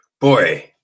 boy